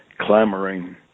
clamoring